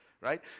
Right